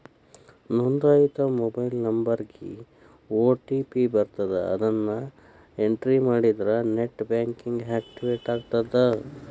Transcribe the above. ನೋಂದಾಯಿತ ಮೊಬೈಲ್ ನಂಬರ್ಗಿ ಓ.ಟಿ.ಪಿ ಬರತ್ತ ಅದನ್ನ ಎಂಟ್ರಿ ಮಾಡಿದ್ರ ನೆಟ್ ಬ್ಯಾಂಕಿಂಗ್ ಆಕ್ಟಿವೇಟ್ ಆಗತ್ತ